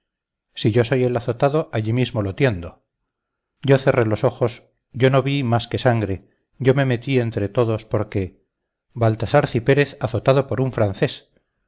soy yo el azotado allí mismo lo tiendo yo cerré los ojos yo no vi más que sangre yo me metí entre todos porque baltasar cipérez azotado por un francés